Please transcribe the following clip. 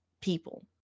people